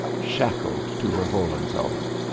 shackled to her hohenzollern!